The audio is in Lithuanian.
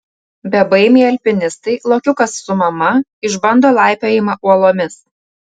bebaimiai alpinistai lokiukas su mama išbando laipiojimą uolomis